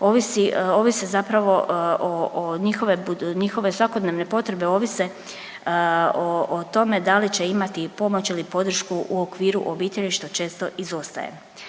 ovisi, ovise zapravo o, o njihove, njihove svakodnevne potrebe ovise o tome da li će imati pomoć ili podršku u okviru obitelji što često izostaje